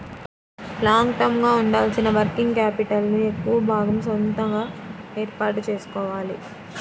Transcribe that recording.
long term గా ఉండాల్సిన working capital ను ఎక్కువ భాగం సొంతగా ఏర్పాటు చేసుకోవాలి